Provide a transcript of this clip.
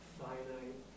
finite